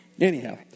Anyhow